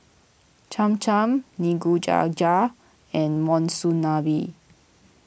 Cham Cham Nikujaga and Monsunabe